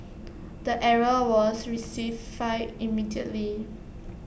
the error was rectified immediately